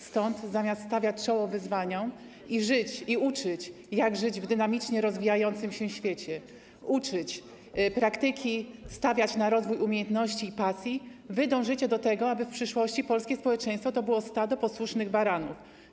Stąd zamiast stawiać czoło wyzwaniom i uczyć, jak żyć w dynamicznie rozwijającym się świecie, uczyć praktyki, stawiać na rozwój umiejętności i pasji, wy dążycie do tego, aby w przyszłości polskie społeczeństwo to było stado posłusznych baranów?